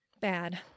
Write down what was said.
bad